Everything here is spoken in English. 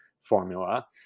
formula